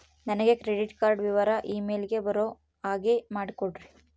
ನನಗೆ credit card ವಿವರ email ಗೆ ಬರೋ ಹಾಗೆ ಮಾಡಿಕೊಡ್ರಿ?